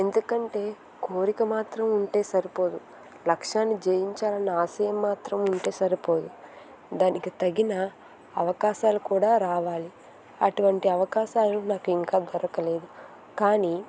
ఎందుకంటే కోరిక మాత్రం ఉంటే సరిపోదు లక్ష్యాన్ని జయించాలన్న ఆశయం మాత్రం ఉంటే సరిపోదు దానికి తగిన అవకాశాలు కూడా రావాలి అటువంటి అవకాశాలు నాకు ఇంకా దొరకలేదు కానీ